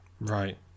Right